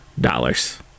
dollars